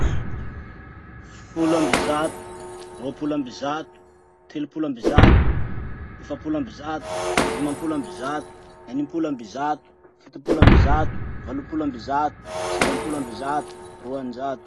Folo amby zato, roapolo amby zato, telopolo amby zato, efapolo amby zato, limampolo amby zato, enimpolo amby zato, fitopolo amby zato, valopolo amby zato, sivampolo amby zato, roanjato.